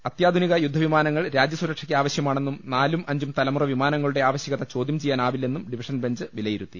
അത്യാധുനിക യുദ്ധ വിമാനങ്ങൾ രാജ്യസുരക്ഷയ്ക്കാവശൃമാണെന്നും നാലും അഞ്ചും തല മുറ വിമാനങ്ങളുടെ ആവശ്യകത ചോദ്യം ചെയ്യാനാവില്ലെന്നും ഡിവിഷൻ ബെഞ്ച് വിലയിരുത്തി